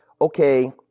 okay